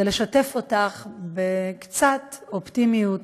זה לשתף אותך בקצת אופטימיות